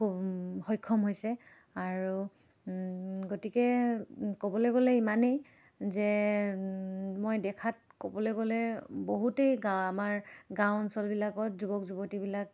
খুব সক্ষম হৈছে আৰু গতিকে ক'বলৈ গ'লে ইমানেই যে মই দেখাত ক'বলৈ গ'লে বহুতেই গা আমাৰ গাঁও অঞ্চলবিলাকত যুৱক যুৱতীবিলাক